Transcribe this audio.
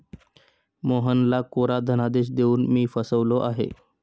मोहनला कोरा धनादेश देऊन मी फसलो आहे